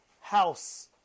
house